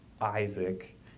Isaac